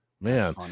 man